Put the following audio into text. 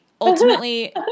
ultimately